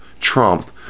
Trump